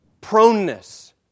proneness